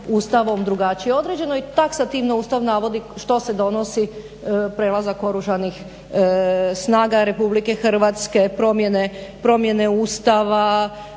Ustavom drugačije određeno i taksativno Ustav navodi što se donosilo, prelazak Oružanih snaga RH, promjene Ustava,